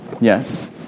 Yes